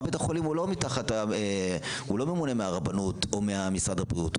רב בית החולים לא ממונה מהרבנות או ממשרד הבריאות,